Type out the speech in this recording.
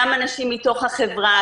גם באנשים מתוך החברה,